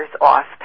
off